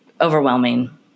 overwhelming